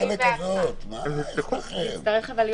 -- אני כותב: